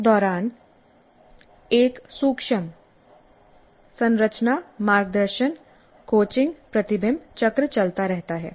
इस दौरान एक सूक्ष्म संरचना मार्गदर्शन कोचिंग प्रतिबिंब चक्र चलता रहता है